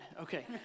Okay